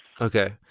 Okay